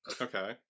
Okay